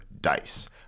Dice